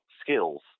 skills